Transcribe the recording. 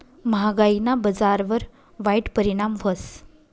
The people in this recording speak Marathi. म्हागायीना बजारवर वाईट परिणाम व्हस